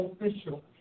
official